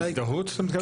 ההזדהות אתה מתכוון?